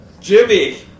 Jimmy